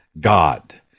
God